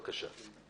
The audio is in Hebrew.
בבקשה.